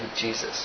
Jesus